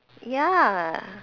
ya